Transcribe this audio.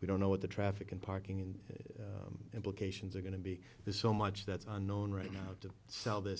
we don't know what the traffic and parking and implications are going to be there's so much that's unknown right now to sell this